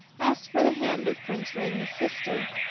asked for the hand of prince ring's sister,